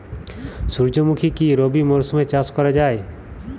সুর্যমুখী কি রবি মরশুমে চাষ করা যায়?